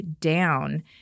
down